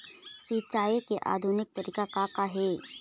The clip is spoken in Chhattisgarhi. सिचाई के आधुनिक तरीका का का हे?